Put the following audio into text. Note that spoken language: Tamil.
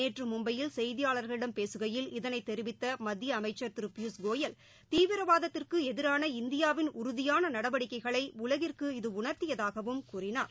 நேற்று மும்பையில் செய்தியாளர்களிடம் பேககையில் இதனைத் தெரிவித்த மத்திய அமைச்சா் திரு பியூஷ் கோயல் தீவிரவாதத்திற்கு எதிரான இந்தியாவின் உறுதியான நடவடிக்கைகளை உலகிற்கு இது உணர்த்தியதாகவும் கூறினார்